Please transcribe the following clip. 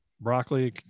broccoli